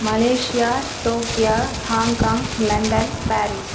Malaysia Tokyo Hong Kong London Paris